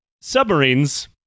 submarines